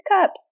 cups